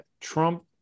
Trump